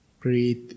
breathe